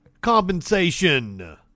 compensation